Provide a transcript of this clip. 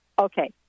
Okay